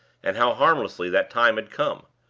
and how harmlessly that time had come!